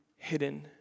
hidden